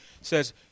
says